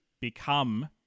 become